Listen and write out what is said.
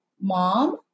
mom